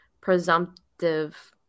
presumptive